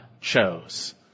chose